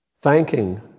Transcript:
thanking